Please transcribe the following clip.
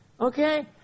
Okay